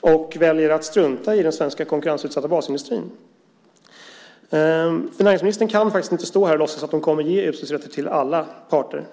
och väljer att strunta i den svenska konkurrensutsatta basindustrin. Näringsministern kan inte stå här och låtsas att hon kommer att ge utsläppsrätter till alla parter.